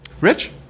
Rich